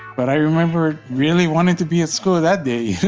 but i remember really wanting to be at school that day, you know,